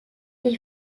qui